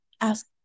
ask